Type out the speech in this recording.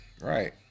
right